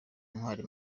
intwari